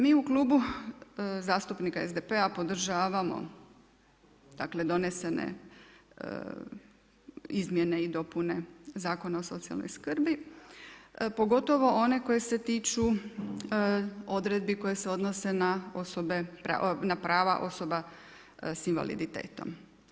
Mi u Klubu zastupnika SDP-a podržavamo donesene izmjene i dopune Zakona o socijalnoj skrbi, pogotovo one koje se tiču odredbi koje se odnose na prava osoba s invaliditetom.